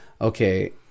okay